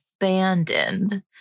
abandoned